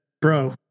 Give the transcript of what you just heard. bro